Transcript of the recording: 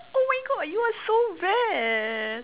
oh my god you are so bad